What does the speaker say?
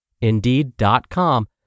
Indeed.com